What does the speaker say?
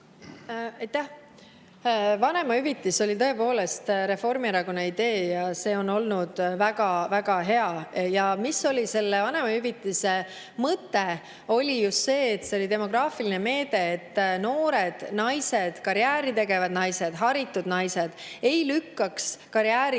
Vanemahüvitis oli tõepoolest Reformierakonna idee ja see on olnud väga-väga hea. Vanemahüvitise mõte oli just see, et see oli demograafiline meede, et noored naised, karjääri tegevad naised, haritud naised ei lükkaks karjääri